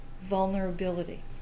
vulnerability